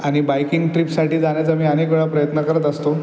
आणि बायकिंग ट्रीपसाठी जाण्याचा मी अनेक वेळा प्रयत्न करत असतो